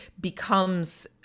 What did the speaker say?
becomes